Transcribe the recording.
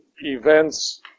events